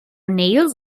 nails